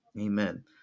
Amen